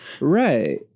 Right